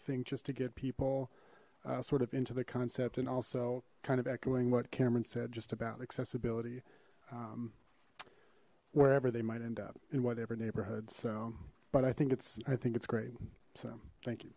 think just to get people sort of into the concept and also kind of echoing what cameron said just about accessibility wherever they might end up in whatever neighborhood so but i think it's i think it's great so thank you